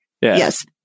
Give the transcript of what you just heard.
Yes